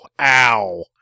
Ow